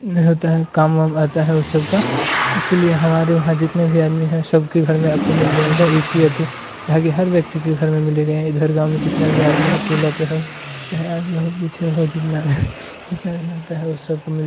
में होता है काम वाम आता है उस सब का इसी लिए हमारे यहाँ जितने भी आदमी हैं सब के घर में आपको मिल जाएगा एक या दो ढाकी हर व्यक्ति के घर में मिलेगा इधर गाँव में जितने भी आदमी हैं टोले पर हो चाहे आगे हो पीछे हो जितने जितने भी होते हैं उन सब को मिल